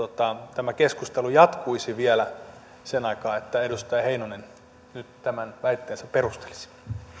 tämä keskustelu jatkuisi vielä sen aikaa että edustaja heinonen nyt tämän väitteensä perustelisi